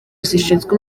zishinzwe